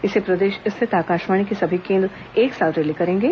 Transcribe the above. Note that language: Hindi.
इसे प्रदेश स्थित आकाशवाणी के सभी केंद्र एक साथ रिले करेंगे